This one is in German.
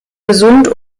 gesund